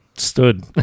Stood